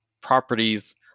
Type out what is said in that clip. properties